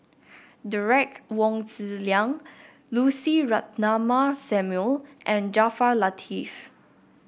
Derek Wong Zi Liang Lucy Ratnammah Samuel and Jaafar Latiff